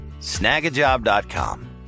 Snagajob.com